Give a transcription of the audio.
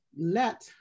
let